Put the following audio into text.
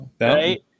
right